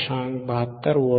72V आहे